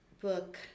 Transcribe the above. book